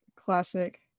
Classic